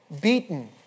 beaten